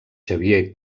xavier